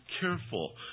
careful